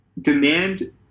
demand